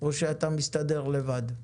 או שאתה מסתדר לבד?